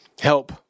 help